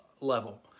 level